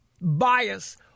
bias